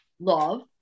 love